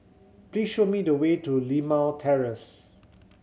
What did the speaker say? please show me the way to Limau Terrace